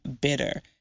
bitter